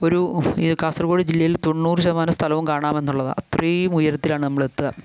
ഒരു കാസർഗോഡ് ജില്ലയിൽ തൊണ്ണൂറ് ശതമാനം സ്ഥലവും കാണാമെന്നുള്ളതാണ് അത്രയും ഉയരത്തിലാണ് നമ്മൾ എത്തുക